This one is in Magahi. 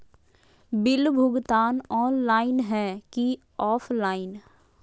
बिल भुगतान ऑनलाइन है की ऑफलाइन?